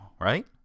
Right